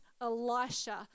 Elisha